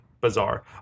bizarre